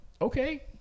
Okay